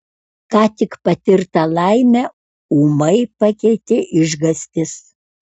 ką tik patirtą laimę ūmai pakeitė išgąstis